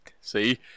See